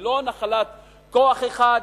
היא לא נחלת כוח אחד,